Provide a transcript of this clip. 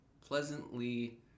pleasantly